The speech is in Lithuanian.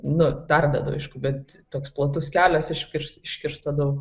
nu perdedu aišku bet toks platus kelias iškirs iškirsta daug